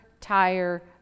tire